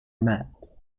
met